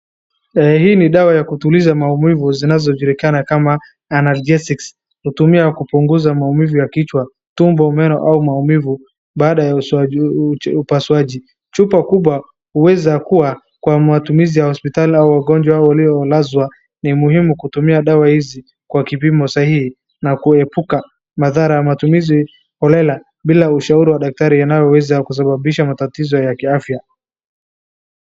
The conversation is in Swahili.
Eee hii ni dawa ya kutuliza maumivu zinazojulikana kama analgesics . Hutumiwa kupunguza maumivu ya kichwa, tumbo, meno au maumivu baada ya upasuaji. Chupa kubwa huweza kuwa kwa matumizi ya hospitali au wagonjwa waliolazwa. Ni muhimu kutumia dawa hizi kwa kipimo sahihi na kuepuka madhara ya matumizi holela bila ushauri wa daktari yanayoweza kusababisha matatizo ya kiafya.